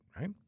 right